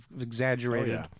exaggerated